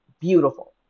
beautiful